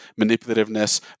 manipulativeness